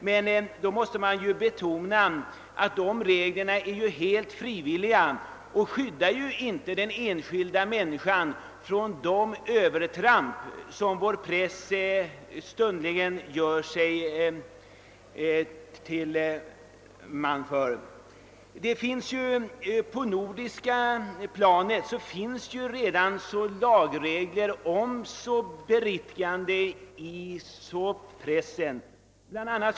Men då bör det betonas, att dessa regler är helt frivilliga och många gånger inte skyd dar den enskilda människan från de övertramp som vår press stundom gör sig skyldig till. I Norden finns redan lagregler om beriktigande av felaktiga sakuppgifter i pressen.